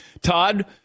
Todd